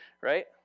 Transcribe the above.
right